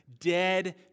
Dead